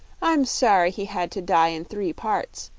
i'm sorry he had to die in three parts,